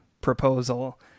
proposal